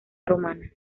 romana